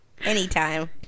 Anytime